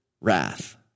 wrath